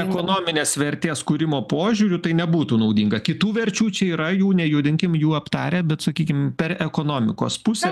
ekonominės vertės kūrimo požiūriu tai nebūtų naudinga kitų verčių čia yra jų nejudinkim jų aptarę bet sakykim per ekonomikos pusę